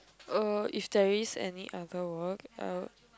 uh if there is any other work I would